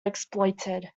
exploited